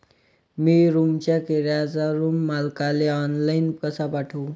मी रूमचा किराया रूम मालकाले ऑनलाईन कसा पाठवू?